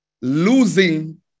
Losing